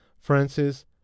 Francis